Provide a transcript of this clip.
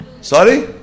sorry